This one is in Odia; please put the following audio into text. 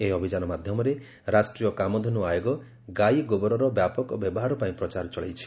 ଏହି ଅଭିଯାନ ମାଧ୍ୟମରେ ରାଷ୍ଟ୍ରୀୟ କାମଧେନୁ ଆୟୋଗ ଗାଇ ଗୋବରର ବ୍ୟାପକ ବ୍ୟବହାର ପାଇଁ ପ୍ରଚାର ଚଳେଇଛି